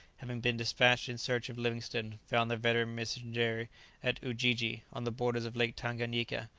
having been despatched in search of livingstone, found the veteran missionary at ujiji, on the borders of lake tanganyika,